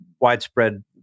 widespread